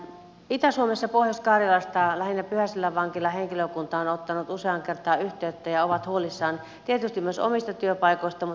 itä suomessa pohjois karjalassa lähinnä pyhäselän vankilan henkilökunta on ottanut useaan kertaan yhteyttä ja he ovat huolissaan tietysti myös omista työpaikoistaan mutta erityisesti vankeinhoidosta